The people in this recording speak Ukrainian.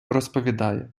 розповідає